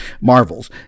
marvels